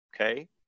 Okay